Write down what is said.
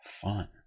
fun